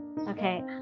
Okay